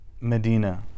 Medina